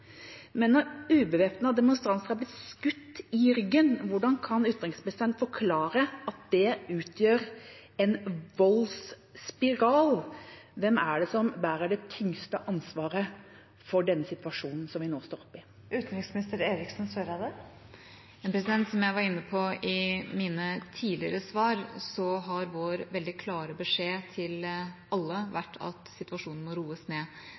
Men når ubevæpnede demonstranter er blitt skutt i ryggen, hvordan kan utenriksministeren forklare at det utgjør en voldsspiral? Hvem er det som bærer det tyngste ansvaret for den situasjonen vi nå står i? Som jeg var inne på i mine tidligere svar, har vår veldig klare beskjed til alle vært at situasjonen må roes ned.